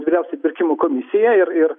vyriausią pirkimų komisiją ir ir